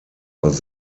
aus